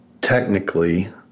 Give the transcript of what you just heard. Technically